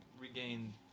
regain